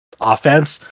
offense